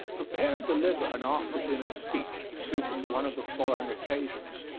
prepare and deliver an after-dinner speech suited to one of the following occasions,